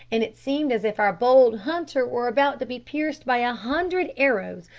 and it seemed as if our bold hunter were about to be pierced by a hundred arrows,